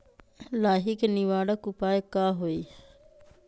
लाही के निवारक उपाय का होई?